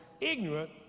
ignorant